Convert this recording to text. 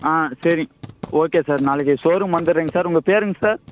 ஆ சரிங்க okay sir நாளைக்கு showroom வந்துடுறேங்க சார் பேருங்க சார்